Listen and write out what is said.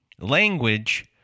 language